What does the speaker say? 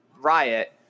riot